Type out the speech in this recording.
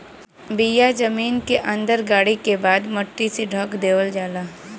बिया जमीन के अंदर गाड़े के बाद मट्टी से ढक देवल जाला